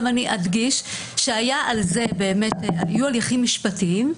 אני אדגיש שהיו הליכים משפטיים,